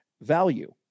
value